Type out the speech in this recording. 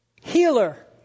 Healer